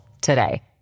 today